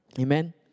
Amen